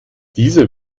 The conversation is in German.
dieser